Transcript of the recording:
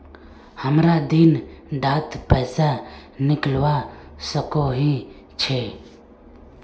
हमरा दिन डात पैसा निकलवा सकोही छै?